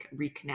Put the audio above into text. reconnect